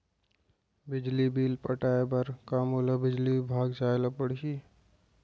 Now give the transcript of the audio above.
बिजली बिल पटाय बर का मोला बिजली विभाग जाय ल परही?